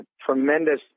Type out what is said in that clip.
tremendous